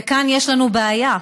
וכאן יש לנו בעיה,